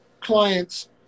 clients